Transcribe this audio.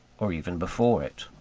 or even before it.